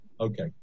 Okay